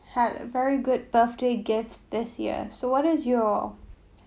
had a very good birthday gift this year so what is your